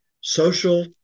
social